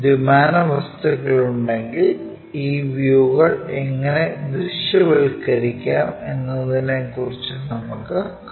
ദ്വിമാന വസ്തുക്കൾ ഉണ്ടെങ്കിൽ ഈ വ്യൂകൾ എങ്ങനെ ദൃശ്യവൽക്കരിക്കാം എന്നതിനെ കുറിച്ച് നമുക്കു കാണാം